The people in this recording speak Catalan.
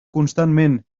constantment